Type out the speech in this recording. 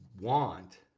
want